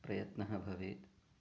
प्रयत्नः भवेत्